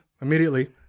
immediately